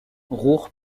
roure